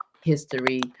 history